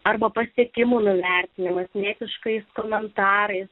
arba pasiekimų nuvertinimas mėsiškais komentarai